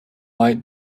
white